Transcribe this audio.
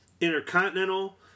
Intercontinental